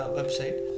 website